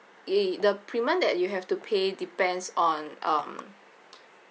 i~ the premium that you have to pay depends on um